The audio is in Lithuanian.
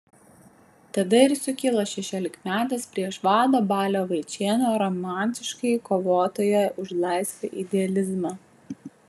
tada ir sukilo šešiolikmetis prieš vado balio vaičėno romantiškąjį kovotojo už laisvę idealizmą